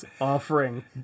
offering